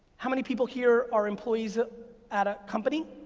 how many people here are employees at a company?